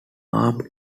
armed